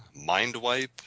Mindwipe